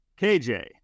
KJ